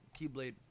Keyblade